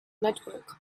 network